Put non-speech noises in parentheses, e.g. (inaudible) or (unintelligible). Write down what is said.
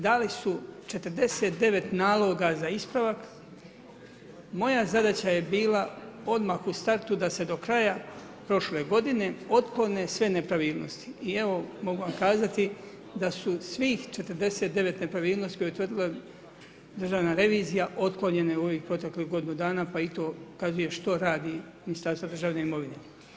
Dali su 49 naloga za ispravak, moja zadaća je bila odmah i startu da se do kraja prošle godine otklone sve nepravilnosti i evo mogu vam kazati da su svih 49 nepravilnosti koje je utvrdila Državna revizija otklonjene u ovoj protekloj godinu dana pa i to … (unintelligible) što radi Ministarstvo državne imovine.